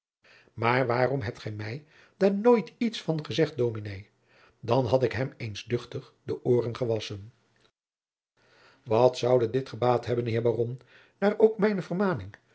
maar waarom hebt gij mij daar nooit iets van gezegd dominé dan had ik hem eens duchtig de ooren gewasschen wat zoude dit gebaat hebben heer baron daar ook mijne